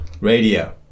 Radio